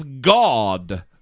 God